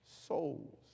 souls